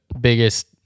biggest